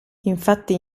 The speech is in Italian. infatti